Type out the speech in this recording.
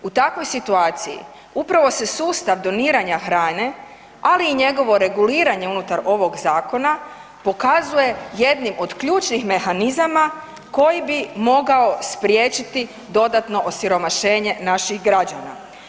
U takvoj situaciji upravo se sustav doniranja hrane, ali i njegovo reguliranje unutar ovog zakona pokazuje jednim od ključnih mehanizama koji bi mogao spriječiti dodatno osiromašenje naših građana.